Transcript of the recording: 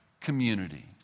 community